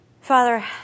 Father